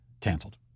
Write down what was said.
canceled